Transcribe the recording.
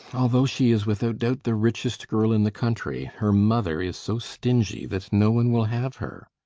although she is without doubt the richest girl in the country, her mother is so stingy that no one will have her.